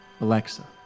Alexa